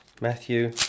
Matthew